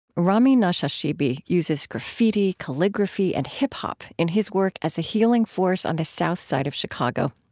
rami nashashibi uses graffiti, calligraphy, and hip-hop in his work as a healing force on the south side of chicago.